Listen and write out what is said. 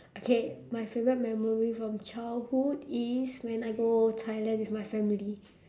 okay my favourite memory from childhood is when I go thailand with my family